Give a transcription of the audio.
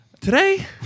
Today